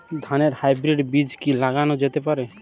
ধানের হাইব্রীড বীজ কি লাগানো যেতে পারে?